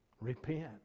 Repent